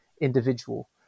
individual